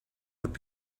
would